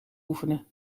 oefenen